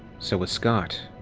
so was scott.